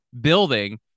building